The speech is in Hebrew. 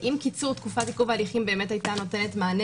אם קיצור תקופת עיכוב ההליכים באמת הייתה נותנת מענה